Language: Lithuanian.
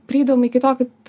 prieidavom iki to kad